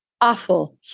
awful